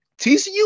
TCU